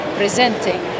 presenting